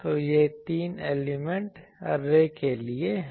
तो यह तीन एलिमेंट ऐरे के लिए है